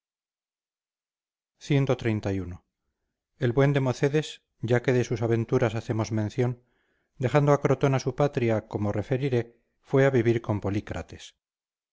suma de dinero cxxxi el buen democedes ya que de sus aventuras hacemos mención dejando a crotona su patria como referiré fue a vivir con